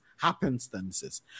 happenstances